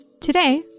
Today